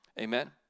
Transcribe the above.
Amen